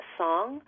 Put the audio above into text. song